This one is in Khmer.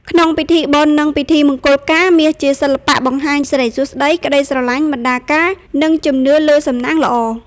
ក្នុងពិធីបុណ្យនឹងពិធីមង្គលការ មាសជាសិល្បៈបង្ហាញសិរីសួស្តី ក្តីស្រឡាញ់ បណ្តាការ និងជំនឿលើសំណាងល្អ។